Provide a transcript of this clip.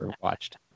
watched